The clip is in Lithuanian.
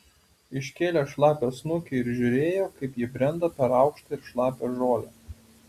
iškėlė šlapią snukį ir žiūrėjo kaip ji brenda per aukštą ir šlapią žolę